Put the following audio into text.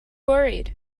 worried